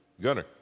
Gunner